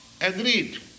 agreed